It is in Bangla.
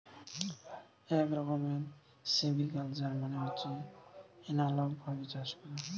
এক রকমের সিভিকালচার মানে হচ্ছে এনালগ ভাবে চাষ করা